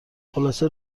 خلاصه